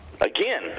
Again